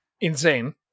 insane